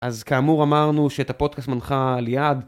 אז כאמור אמרנו שאת הפודקאסט מנחה ליעד.